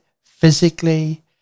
physically